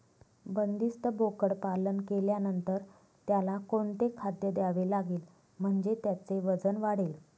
बंदिस्त बोकडपालन केल्यानंतर त्याला कोणते खाद्य द्यावे लागेल म्हणजे त्याचे वजन वाढेल?